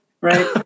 Right